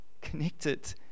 connected